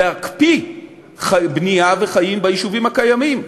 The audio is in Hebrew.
להקפיא בנייה וחיים ביישובים הקיימים.